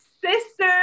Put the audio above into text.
sister